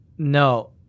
No